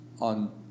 on